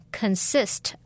consist